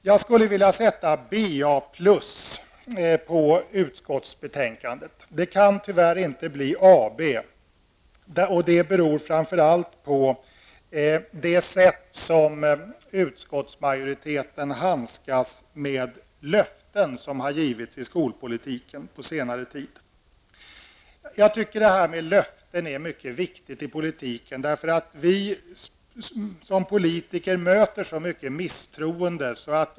Jag skulle vilja sätta BA+ på utskottsbetänkandet. Det kan tyvärr inte bli AB. Det beror framför allt på det sätt som utskottsmajoriteten handskas med löften som givits i skolpolitiken på senare tid. Det är mycket viktigt att hålla löften i politiken. Vi politiker möter så mycket misstroende.